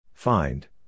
Find